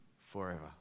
forever